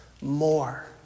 more